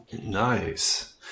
nice